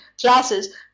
classes